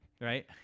Right